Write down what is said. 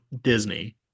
Disney